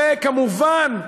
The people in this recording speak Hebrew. וכמובן,